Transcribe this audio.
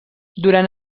durant